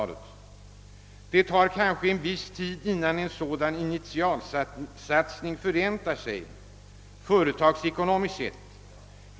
Det tar kanske en viss tid innan en sådan initialsatsning förräntar sig, företagsekonomiskt sett.